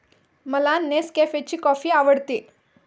मला नेसकॅफेची कॉफी आवडते